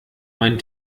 mein